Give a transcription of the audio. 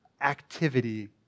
activity